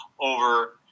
over